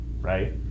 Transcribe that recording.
right